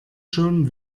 schon